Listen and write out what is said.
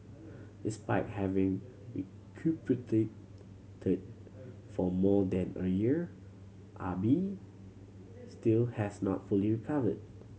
despite having recuperated for more than a year Ah Bi still has not fully recovered